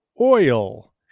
Oil